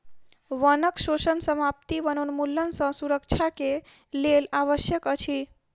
वनक शोषण समाप्ति वनोन्मूलन सँ सुरक्षा के लेल आवश्यक अछि